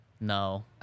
No